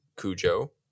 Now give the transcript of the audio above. Cujo